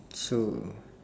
so